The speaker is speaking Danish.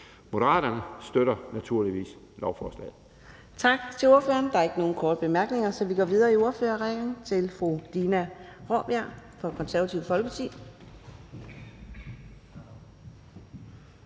Moderaterne støtter naturligvis lovforslaget.